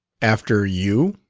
after you?